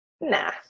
nah